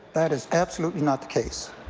that is absolutely not the case.